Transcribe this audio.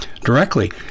directly